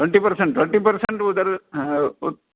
twenty percent twenty percent other उत्